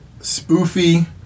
spoofy